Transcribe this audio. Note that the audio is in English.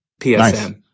PSM